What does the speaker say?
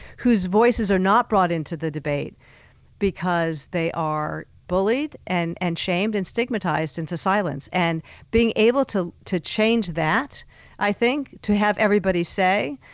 whose voices are not brought into the debate because they are bullied and and shamed and stigmatized into silence. and being able to to change that i think to have every say,